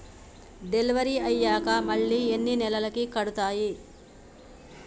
Delivery అయ్యాక మళ్ళీ ఎన్ని నెలలకి కడుతాయి?